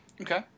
Okay